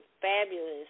fabulous